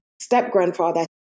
step-grandfather